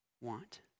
want